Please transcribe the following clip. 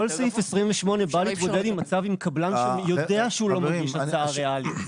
כל סעיף 28 בא להתמודד עם מצב עם קבלן שיודע שהוא לא מגיש הצעה ריאלית.